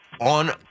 on